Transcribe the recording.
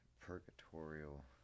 purgatorial